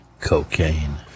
Cocaine